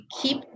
keep